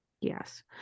Yes